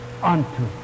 Unto